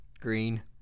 Green